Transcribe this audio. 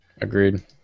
Agreed